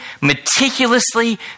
meticulously